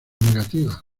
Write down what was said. negativas